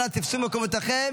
אנא תפסו את מקומותיכם.